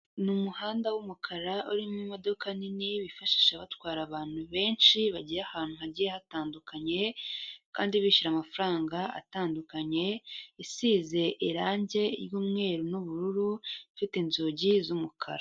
Ni umuhanda w'umukara urimo imodoka nini bifashisha batwara abantu benshi bagiye ahantu hagiye hatandukanye, kandi bishyura amafaranga atandukanye, isize irange ry'umweru n'ubururu, ifite inzugi z'umukara.